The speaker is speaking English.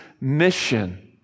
mission